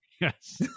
Yes